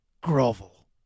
Grovel